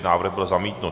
Návrh byl zamítnut.